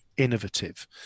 Innovative